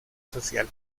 social